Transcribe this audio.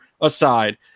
aside